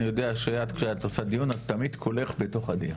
אני יודע שכשאת עושה דיון אז את תמיד כולך בתוך הדיון,